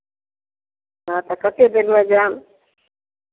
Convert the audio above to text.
अच्छा कतेक दिनमे देब